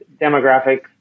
demographic